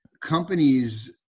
companies